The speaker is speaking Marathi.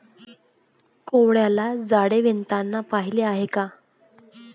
कोळ्याला जाळे विणताना पाहिले आहे का?